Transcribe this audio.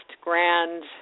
grand